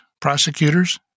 prosecutors